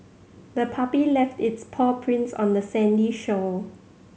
the puppy left its paw prints on the sandy shore